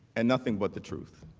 and nothing but the truth